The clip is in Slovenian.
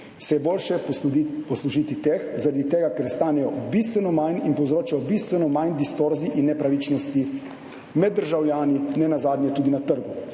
se je boljše poslužiti teh, ker stanejo bistveno manj in povzročajo bistveno manj distorzij in nepravičnosti med državljani, nenazadnje tudi na trgu.